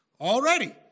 already